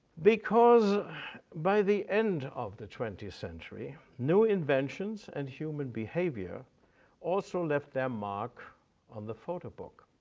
because by the end of the twentieth century, new inventions and human behavior also left their mark on the photo book.